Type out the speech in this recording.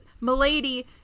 Milady